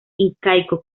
incaico